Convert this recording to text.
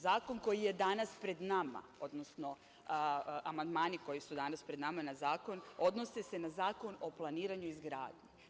Zakon koji je danas pred nama, odnosno amandmani koji su danas pred nama na zakon, odnose se na Zakon o planiranju i izgradnji.